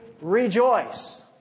Rejoice